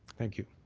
thank you.